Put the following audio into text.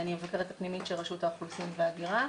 המבקרת הפנימית של רשות האוכלוסין וההגירה,